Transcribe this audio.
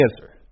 answer